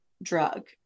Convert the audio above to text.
drug